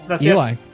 Eli